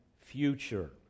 Future